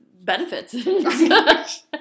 benefits